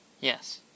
Yes